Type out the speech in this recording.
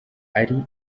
ari